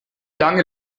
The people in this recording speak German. lange